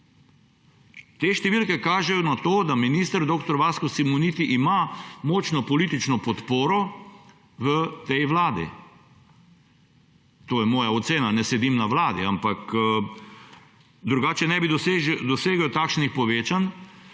Te številke kažejo na to, da minister dr. Vasko Simoniti ima močno politično podporo v tej vladi. To je moja ocena, ne sedim na vladi, ampak drugače ne bi dosegel takšnih povečanj,